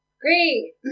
Great